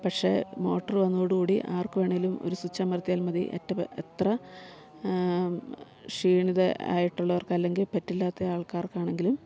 പക്ഷെ മോട്ടറ് വന്നതോടുകൂടി ആർക്ക് വേണേലും ഒരു സ്വിച്ചമർത്തിയൽ മതി എറ്റപ് എത്ര ക്ഷീണിത ആയിട്ടുള്ളവർക്ക് അല്ലെങ്കിൽ പറ്റില്ലാത്ത ആൾക്കാർക്കാണെങ്കിലും